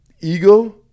ego